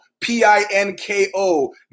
P-I-N-K-O